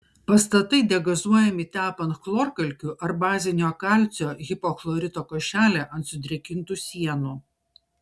pastatai degazuojami tepant chlorkalkių ar bazinio kalcio hipochlorito košelę ant sudrėkintų sienų